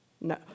No